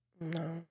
No